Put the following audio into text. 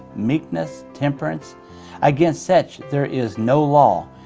meekness, temperance against such there is no law.